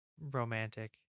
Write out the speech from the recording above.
romantic